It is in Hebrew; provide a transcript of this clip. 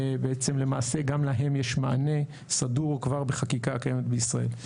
בעצם למעשה גם להם יש מענה סדור כבר בחקיקה הקיימת בישראל.